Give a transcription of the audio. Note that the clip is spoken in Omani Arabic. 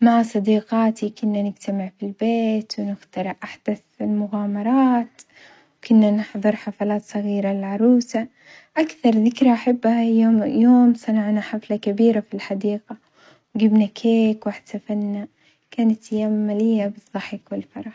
مع صديقاتي كنا نجتمع في البيت ونخترع أحدث المغامرات، كنا نحضر حفلات صغيرة للعروسة، أكثر ذكرى أحبها هي يوم-يوم صنعنا حفلة كبيرة في الحديقة، وجيبنا كيك واحتفلنا، كانت أيام مليئة بالظحك والفرح.